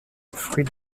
fruits